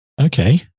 Okay